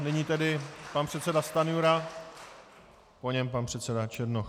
Nyní tedy pan předseda Stanjura, po něm pan předseda Černoch.